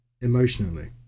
emotionally